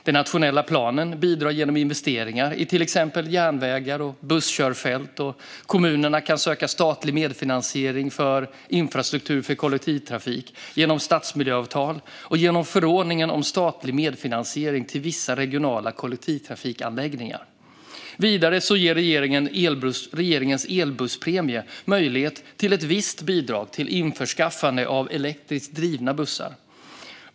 Den nationella planen bidrar genom investeringar i till exempel järnvägar och busskörfält, och kommuner kan söka statlig medfinansiering för infrastruktur för kollektivtrafik genom stadsmiljöavtal och genom förordningen om statlig medfinansiering till vissa regionala kollektivtrafikanläggningar. Vidare ger regeringens elbusspremie möjlighet till ett visst bidrag till införskaffande av elektriskt drivna bussar.